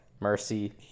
Mercy